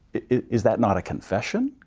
is that not a confession?